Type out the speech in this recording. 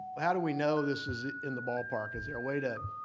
but how do we know this is in the ballpark? is there a way to